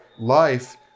Life